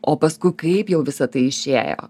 o paskui kaip jau visa tai išėjo